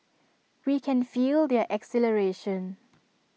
we can feel their exhilaration